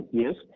yes